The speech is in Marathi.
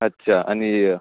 अच्छा आणि